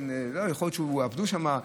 יכול להיות שעבדו שם,